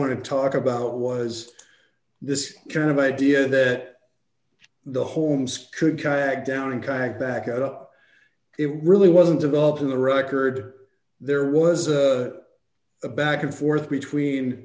want to talk about was this kind of idea that the homes could kayak down kayak back out of it really wasn't developed in the record there was a back and forth between